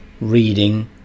reading